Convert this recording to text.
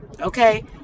Okay